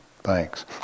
Thanks